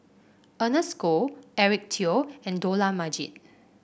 Ernest Goh Eric Teo and Dollah Majid